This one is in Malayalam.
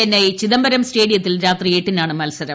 ചെന്നൈ ചിദംബരം സ്റ്റേഡിയത്തിൽ രാത്രി എട്ടിന്റാണ് മത്സരം